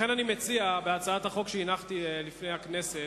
לכן אני מציע, בהצעת החוק שהנחתי לפני הכנסת,